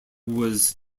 was